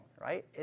right